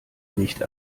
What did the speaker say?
nicht